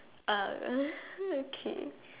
alright okay